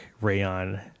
rayon